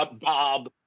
Bob